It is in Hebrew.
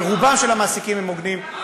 ורוב המעסיקים הם הוגנים,